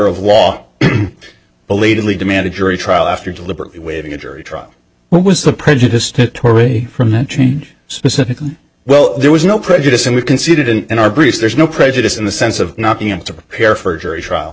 of law belatedly demand a jury trial after deliberately waiving a jury trial what was the prejudice to tory from that change specifically well there was no prejudice and we conceded in our brief there's no prejudice in the sense of not being able to prepare for a jury trial